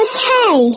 Okay